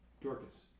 Dorcas